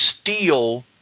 steal